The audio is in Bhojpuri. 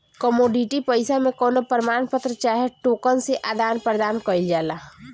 कमोडिटी पईसा मे कवनो प्रमाण पत्र चाहे टोकन से आदान प्रदान कईल जाला